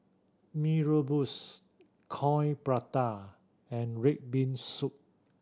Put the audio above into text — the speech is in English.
Mee Rebus Coin Prata and red bean soup